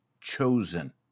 chosen